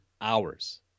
hours